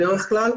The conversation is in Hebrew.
בדרך כלל,